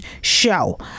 show